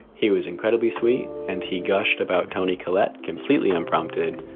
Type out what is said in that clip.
he was incredibly sweet, and he gushed about toni collette completely unprompted.